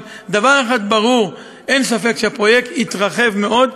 אבל דבר אחד ברור: אין ספק שהפרויקט התרחב מאוד.